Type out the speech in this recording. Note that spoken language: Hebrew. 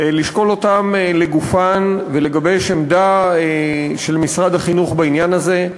לשקול אותן לגופן ולגבש עמדה של משרד החינוך בעניין הזה.